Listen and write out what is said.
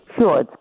Sure